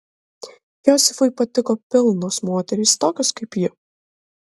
josifui patiko pilnos moterys tokios kaip ji